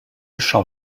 champ